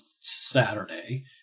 Saturday